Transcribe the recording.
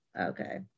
Okay